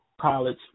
college